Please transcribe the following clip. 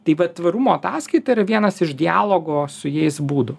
taip vat tvarumo ataskaita yra vienas iš dialogo su jais būdų